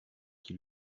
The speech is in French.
qui